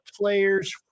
players